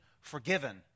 forgiven